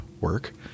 work